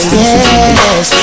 yes